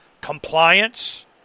Compliance